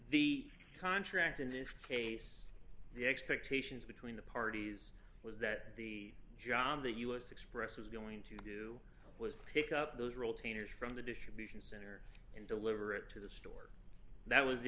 the contract in this case the expectations between the parties was that the job that us express was going to do was pick up those roll trainers from the distribution center and deliver it to the store that was the